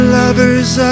lovers